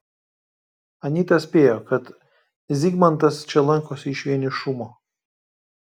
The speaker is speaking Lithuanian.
anita spėjo kad zygmantas čia lankosi iš vienišumo